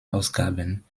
ausgaben